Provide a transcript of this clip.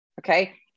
Okay